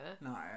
No